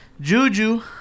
Juju